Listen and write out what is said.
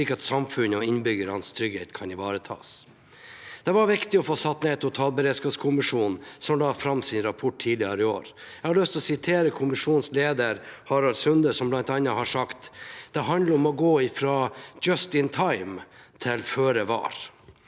slik at samfunnets og innbyggernes trygghet kan ivaretas. Det var viktig å få satt ned totalberedskapskommisjonen, som la fram sin rapport tidligere i år. Jeg har lyst til å referere til kommisjonens leder, Harald Sunde, som bl.a. har sagt: Det handler om å gå fra «just in time» til «føre var».